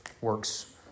works